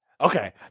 Okay